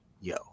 yo